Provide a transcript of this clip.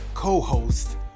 Co-host